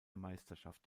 meisterschaft